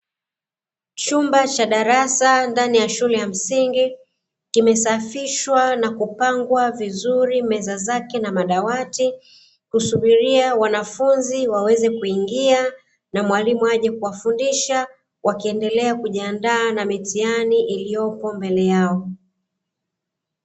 Chumba cha darasa ndani ya shule ya msingi kimesafishwa na kupangwa vizuri, meza zake na madawati kusubiria wanafunzi waweze kuingia na mwalimu aje kuwafundisha wakiendelea kujiandaa na mitihani iliyoko mbele yao .